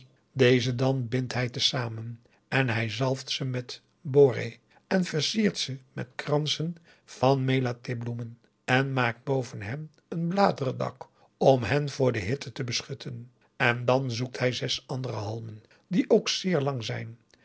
deze dan bindt hij te samen en hij zalft ze met boreh en versiert ze met kransen van melatih bloemen en maakt boven hen een bladeren dak om hen voor de hitte te beschutten en dan zoekt hij zes andere halmen die ook zeer lang zijn